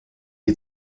die